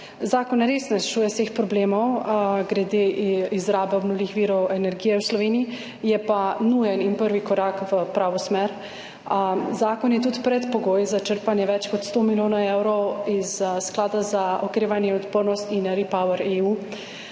Zakon res ne rešuje vseh problemov glede izrabe obnovljivih virov energije v Sloveniji, je pa nujen in prvi korak v pravo smer. Zakon je tudi predpogoj za črpanje več kot 100 milijonov evrov iz sklada za okrevanje in odpornost in REPowerEU,